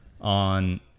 on